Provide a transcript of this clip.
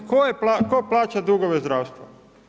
Tko plaća dugove zdravstvu?